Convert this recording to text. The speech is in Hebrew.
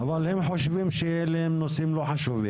אבל הם חושבים שהנושאים האלה לא חשובים.